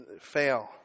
fail